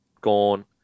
gone